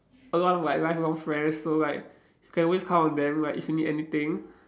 a lot of like lifelong friends so like you can always count on them like if you need anything